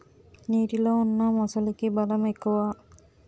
నీటిలో ఉన్న మొసలికి బలం ఎక్కువ